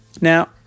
Now